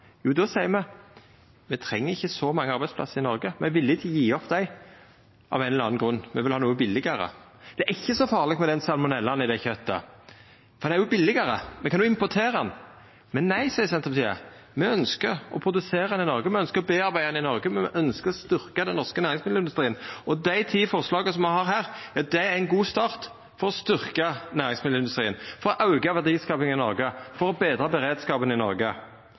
Då seier me at me treng ikkje så mange arbeidsplassar i Noreg. Me er villige til å gje opp dei – av ein eller annan grunn. Me vil ha noko billegare. Det er ikkje så farleg med salmonella i det kjøtet – det er jo billegare. Me kan importera det. Nei, seier Senterpartiet. Me ønskjer å produsera det i Noreg, me ønskjer å foredla det i Noreg. Me ønskjer å styrkja den norske næringsmiddelindustrien. Og dei ti forslaga me har her, er ein god start for å styrkja næringsmiddelindustrien, for å auka verdiskapinga i Noreg, for å betra beredskapen i Noreg.